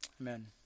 Amen